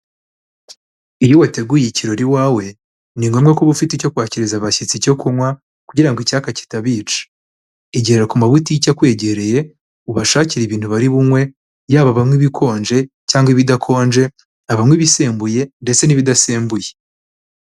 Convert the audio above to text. Iyo wateguye ikirori iwawe ni ngombwa kuba uba ufite icyo kwakiriza abashyitsi cyo kunywa, kugira ngo icyaka kitabica igera ku mabutiki akwegereye ubashakire ibintu bari bunywe, yaba abanywa ibikonje cyangwa ibidakonje abanywa ibisembuye ndetse n'ibidasembuye.